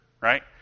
Right